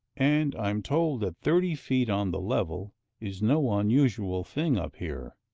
and i am told that thirty feet on the level is no unusual thing up here.